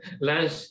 lunch